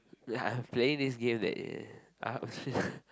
like I'm playing this game that uh I was just